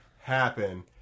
happen